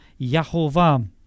Yahovah